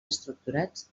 estructurats